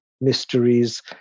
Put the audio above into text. mysteries